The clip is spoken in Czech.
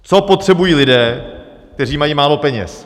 Co potřebují lidé, kteří mají málo peněz?